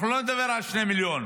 אנחנו לא נדבר על שני מיליון.